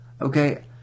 Okay